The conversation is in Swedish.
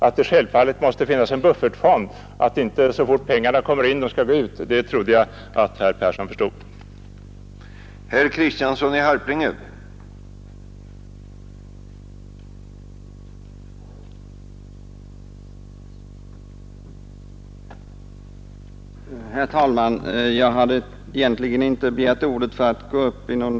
Att det självfallet måste finnas en buffertfond, så att inte pengarna måste gå ut så fort de kommer in, trodde jag att herr Persson i Skänninge förstod.